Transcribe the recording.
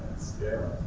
scale.